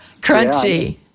crunchy